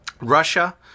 Russia